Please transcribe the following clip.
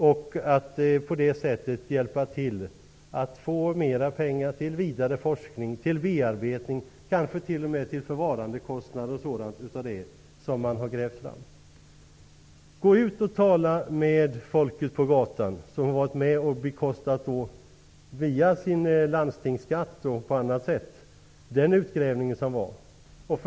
På det sättet kan man hjälpa till för att få mer pengar till vidare forskning, bearbetning och kanske t.o.m. till förvarande av det som har grävts fram. Gå ut och tala med folket på gatan, som via sin landstingsskatt och på annat sätt har varit med och bekostat den utgrävning som gjordes!